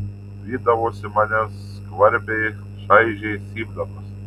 vydavosi mane skvarbiai šaižiai cypdamas